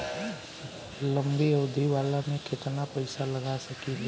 लंबी अवधि वाला में केतना पइसा लगा सकिले?